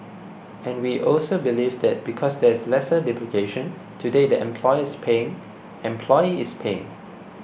and we also believe that because there is lesser duplication today the employer is paying employee is paying